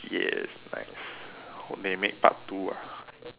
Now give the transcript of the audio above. yes nice hope they make part two ah